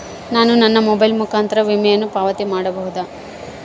ನಾನು ನನ್ನ ಮೊಬೈಲ್ ಮುಖಾಂತರ ವಿಮೆಯನ್ನು ಪಾವತಿ ಮಾಡಬಹುದಾ?